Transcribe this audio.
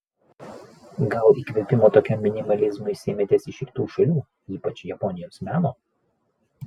gal įkvėpimo tokiam minimalizmui sėmėtės iš rytų šalių ypač japonijos meno